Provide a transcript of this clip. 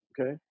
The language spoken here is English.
okay